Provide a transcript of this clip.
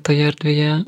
toje erdvėje